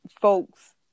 folks